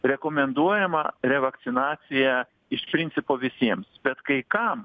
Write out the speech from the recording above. rekomenduojama revakcinacija iš principo visiems bet kai kam